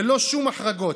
ללא שום החרגות.